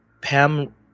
Pam